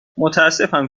متاسفم